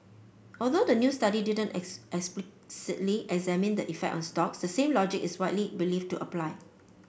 although the new study didn't explicitly examine the effect on stocks the same logic is widely believed to apply